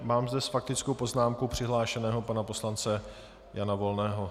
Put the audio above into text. Mám zde s faktickou poznámkou přihlášeného pana poslance Jana Volného.